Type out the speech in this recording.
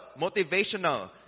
motivational